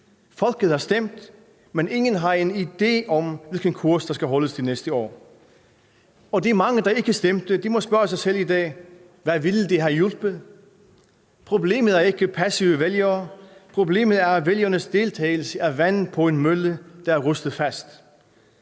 Folket har stemt, men ingen har nogen idé om, hvilken kurs der skal holdes de næste år. De mange, der ikke stemte, må i dag spørge sig selv: Hvad ville det have hjulpet? Problemet er ikke passive vælgere. Problemet er, at vælgernes deltagelse er vand på en mølle, der er rustet fast.